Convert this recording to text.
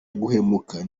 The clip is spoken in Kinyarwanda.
guhumeka